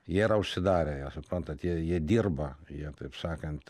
jie yra užsidarę jie suprantat jie jie dirba jie taip sakant